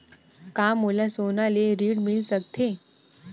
का मोला सोना ले ऋण मिल सकथे?